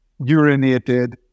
urinated